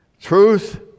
Truth